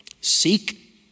Seek